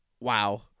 Wow